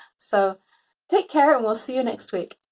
so take care and we'll see you next week.